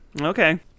Okay